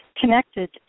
connected